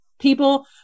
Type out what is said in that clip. people